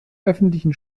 öffentlichen